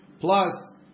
plus